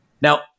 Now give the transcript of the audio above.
Now